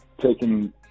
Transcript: taking